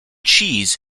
cheese